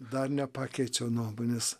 dar nepakeičiau nuomonės